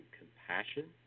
compassion